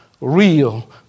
real